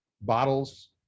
bottles